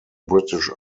british